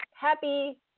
happy